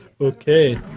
Okay